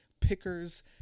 Pickers